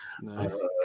Nice